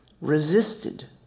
resisted